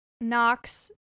Knox